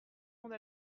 monde